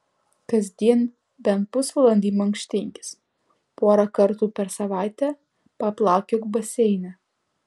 kasdien bent pusvalandį mankštinkis porą kartų per savaitę paplaukiok baseine